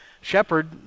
Shepard